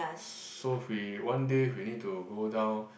so we one day we need to go down